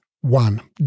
One